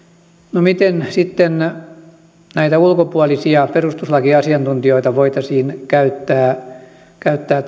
no miten sitten näitä ulkopuolisia perustuslakiasiantuntijoita voitaisiin käyttää käyttää